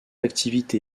activité